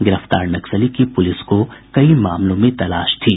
गिरफ्तार नक्सली की पुलिस को कई मामलों में तलाश थी